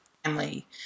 family